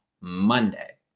Monday